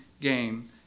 game